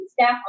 staff